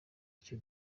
icyo